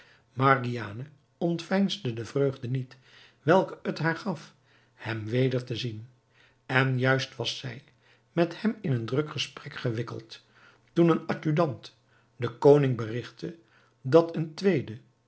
margiane ontveinsde de vreugde niet welke het haar gaf hem weder te zien en juist was zij met hem in een druk gesprek gewikkeld toen een adjudant den koning berigtte dat een tweede